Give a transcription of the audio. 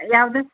ಯಾವ್ದು